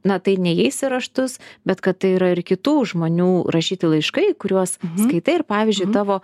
na tai neįeis į raštus bet kad tai yra ir kitų žmonių rašyti laiškai kuriuos skaitai ir pavyzdžiui tavo